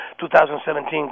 2017